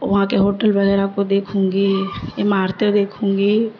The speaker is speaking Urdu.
وہاں کے ہوٹل وغیرہ کو دیکھوں گی عمارتیں دیکھوں گی